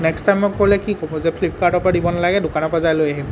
next time মোক ক'লে কি ক'ব যে ফ্লিপকাৰ্টৰ পৰা দিব নালাগে দোকানৰ পৰা যাই লৈ আহিম